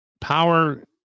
Power